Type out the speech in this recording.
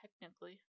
technically